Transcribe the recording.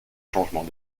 changement